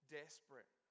desperate